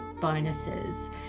bonuses